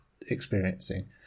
experiencing